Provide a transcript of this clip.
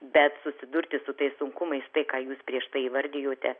bet susidurti su tais sunkumais tai ką jūs prieš tai įvardijote